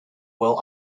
will